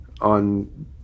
on